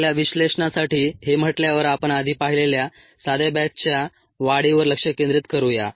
आपल्या विश्लेषणासाठी हे म्हटल्यावर आपण आधी पाहिलेल्या साध्या बॅचच्या वाढीवर लक्ष केंद्रित करूया